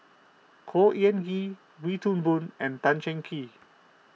Khor Ean Wee Toon Boon and Tan Cheng Kee